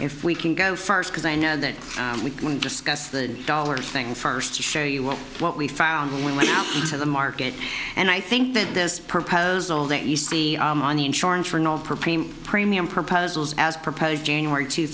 if we can go first because i know that we can discuss the dollar thing first to show you what what we found when we went into the market and i think that this proposal that you see on the insurance for premium proposals as proposed january two